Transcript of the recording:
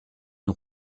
une